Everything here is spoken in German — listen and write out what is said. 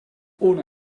ohne